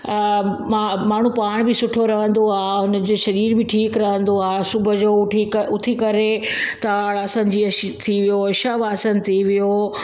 ऐं मां माण्हू पाण बि सुठो रहंदो आहे ऐं हुनजे शरीर बि ठीकु रहंदो आहे सुबुह जो उठी अ उथी करे त असां जीअं शी थी वियो शव आसनु थी वियो